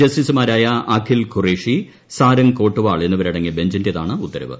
ജസ്റ്റിസുമാരായ അഖിൽ ഖുറേഷി സാരങ് കോട്വാൾ എന്നിവരടങ്ങിയ ബഞ്ചിന്റേതാണ് ഉത്തരവ്